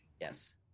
yes